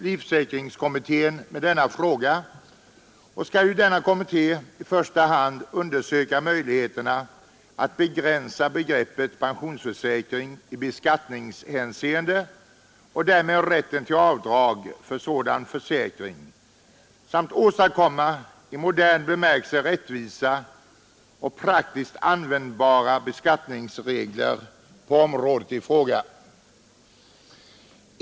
Livförsäkringsskattekommittén arbetar ju med denna fråga och skall i första hand undersöka möjligheterna att begränsa begreppet pensionsförsäkring i beskattningshänseende och därmed rätten till avdrag för sådan försäkring samt åstadkomma i modern bemärkelse rättvisa och praktiskt användbara beskattningsregler på området i fråga.